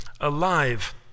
alive